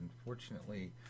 unfortunately